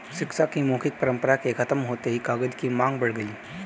शिक्षा की मौखिक परम्परा के खत्म होते ही कागज की माँग बढ़ गई